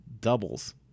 doubles